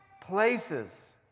places